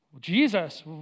jesus